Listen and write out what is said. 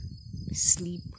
sleep